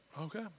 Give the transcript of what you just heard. okay